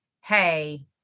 Hey